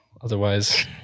Otherwise